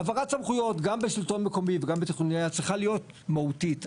העברת סמכויות גם בשלטון מקומי וגם --- צריכה להיות מהותית.